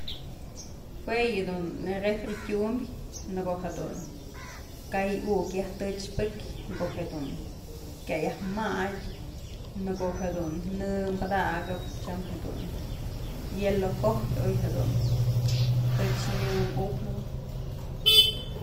Jue yëdu je'e refri tyumbyë në ko'o jedun kay ukyë yaj tëchpëkyë ko'o jedun kya yaj madyë në ko'o jedun në padakëp tyam jedun hielo kojyë oy jedun tëch nyë muknëbën.